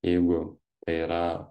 jeigu tai yra